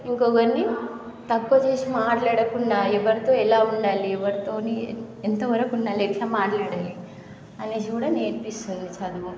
ఇంకొకరిని తక్కువ చేసి మాట్లాడకుండా ఎవరితో ఎలా ఉండాలి ఎవరితో ఎంత వరకు ఉండాలి ఎట్లా మాట్లాడాలి అనేసి కూడా నేర్పిస్తుంది చదువు